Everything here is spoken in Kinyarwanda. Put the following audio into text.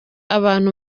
abantu